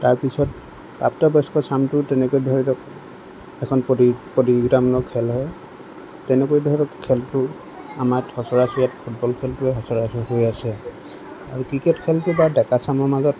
তাৰপিছত প্ৰাপ্তবয়স্ক চামটোও তেনেকৈ ধৰি লওক এখন প্ৰতিযোগিতামূলক খেল হয় তেনেকৈ ধৰক খেলবোৰ আমাৰ সচৰাচৰ ইয়াত ফুটবল খেলটোৱেই সচৰাচৰ হৈ আছে আৰু ক্ৰিকেট খেলটো বাৰু ডেকা চামৰ মাজত